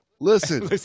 Listen